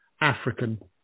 African